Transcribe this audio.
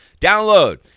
download